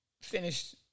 finished